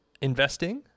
investing